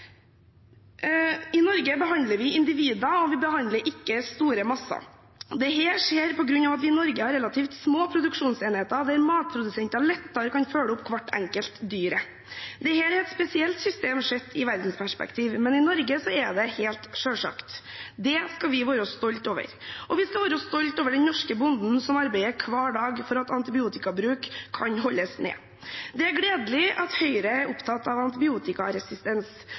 I Norge behandler vi individer, vi behandler ikke store masser. Dette skjer på grunn av at vi i Norge har relativt små produksjonsenheter, der matprodusentene lettere kan følge opp hvert enkelt dyr. Dette er et spesielt system sett i verdensperspektiv, men i Norge er det helt selvsagt. Det skal vi være stolte over, og vi skal være stolte over den norske bonden som arbeider hver dag for at antibiotikabruken kan holdes nede. Det er gledelig at Høyre er opptatt av antibiotikaresistens.